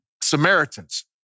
Samaritans